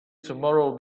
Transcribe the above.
tomorrow